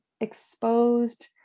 exposed